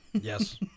Yes